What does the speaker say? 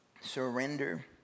Surrender